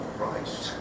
Christ